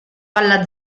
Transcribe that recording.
alla